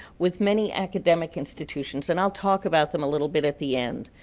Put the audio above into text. with many academic institutions, and i'll talk about them a little bit at the end.